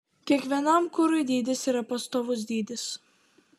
kiekvienam kurui dydis yra pastovus dydis